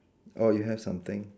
oh you have something